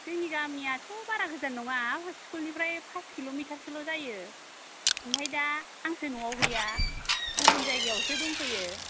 जोंनि गामियाथ' बारा गोजान नङा स्कुलनिफ्राय पास किल'मिटारसोल' जायो ओमफ्राय दा आंसो न'आव गैया गुबुन जायगायावसो दंफैयो